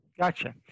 Gotcha